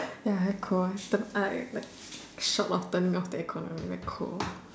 ya very cold I like short often off the aircon very cold